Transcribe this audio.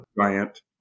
giant